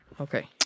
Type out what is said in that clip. Okay